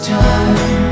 time